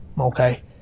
okay